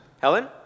Helen